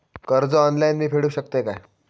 कर्ज ऑनलाइन मी फेडूक शकतय काय?